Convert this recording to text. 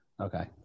okay